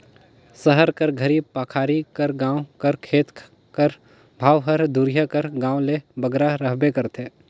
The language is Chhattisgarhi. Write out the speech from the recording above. सहर कर घरी पखारी कर गाँव कर खेत कर भाव हर दुरिहां कर गाँव ले बगरा रहबे करथे